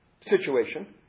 situation